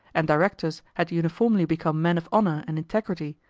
and directors had uniformly become men of honour and integrity,